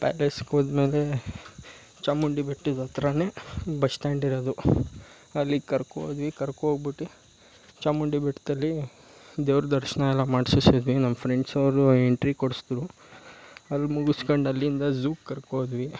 ಪ್ಯಾಲೇಸ್ಗೆ ಹೋದ್ಮೇಲೆ ಚಾಮುಂಡಿ ಬೆಟ್ಟದತ್ರನೆ bus stand ಇರೋದು ಅಲ್ಲಿ ಕರ್ಕೋದ್ವಿ ಕರ್ಕೊ ಹೋಗ್ಬಿಟ್ಟಿ ಚಾಮುಂಡಿ ಬೆಟ್ದಲ್ಲಿ ದೇವ್ರ ದರ್ಶನ ಎಲ್ಲ ಮಾಡಿಸಿಸಿದ್ವಿ ನಮ್ಮ ಫ್ರೆಂಡ್ಸ್ ಅವರು ಎಂಟ್ರಿ ಕೊಡ್ಸಿದ್ರು ಅಲ್ಲಿ ಮುಗಿಸ್ಕೊಂಡು ಅಲ್ಲಿಂದ ಝೂ ಕರ್ಕೊ ಹೋದ್ವಿ